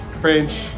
French